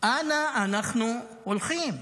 אנה אנחנו הולכים?